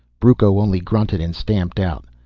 brucco only grunted and stamped out.